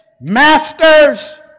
masters